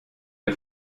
dir